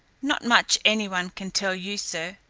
not much any one can tell you, sir.